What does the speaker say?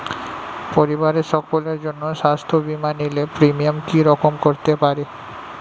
পরিবারের সকলের জন্য স্বাস্থ্য বীমা নিলে প্রিমিয়াম কি রকম করতে পারে?